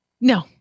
No